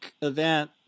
event